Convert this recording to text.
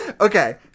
Okay